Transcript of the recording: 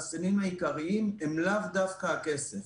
החסמים העיקריים הם לאו דווקא הכסף.